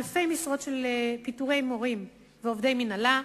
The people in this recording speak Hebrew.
אלפי משרות של מורים ועובדי מינהלה.